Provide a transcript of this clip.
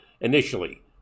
initially